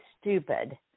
stupid